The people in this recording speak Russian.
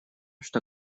что